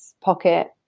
pocket